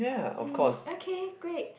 um okay great